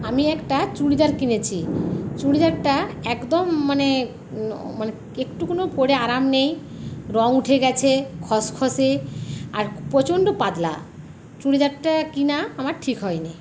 আমি একটা চুড়িদার কিনেছি চুড়িদারটা একদম মানে মানে এতটুকুও পরে আরাম নেই রঙ উঠে গেছে খসখসে আর প্রচণ্ড পাতলা চুড়িদারটা কিনা আমার ঠিক হয়নি